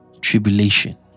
tribulation